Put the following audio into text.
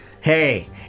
Hey